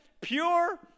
pure